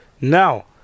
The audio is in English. Now